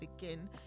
begin